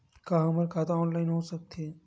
का हमर खाता ऑनलाइन हो सकथे?